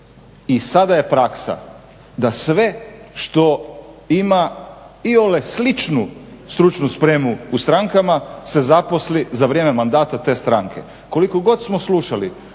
i sada je praksa da sve što ima i ole sličnu stručnu spremu u strankama se zaposli za vrijeme mandata te stranke. Koliko god smo slušali